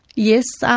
yes, um